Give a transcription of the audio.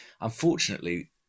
unfortunately